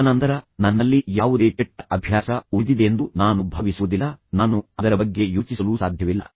ತದನಂತರ ನನ್ನಲ್ಲಿ ಯಾವುದೇ ಕೆಟ್ಟ ಅಭ್ಯಾಸ ಉಳಿದಿದೆ ಎಂದು ನಾನು ಭಾವಿಸುವುದಿಲ್ಲ ನಾನು ಅದರ ಬಗ್ಗೆ ಯೋಚಿಸಲೂ ಸಾಧ್ಯವಿಲ್ಲ